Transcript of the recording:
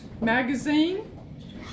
magazine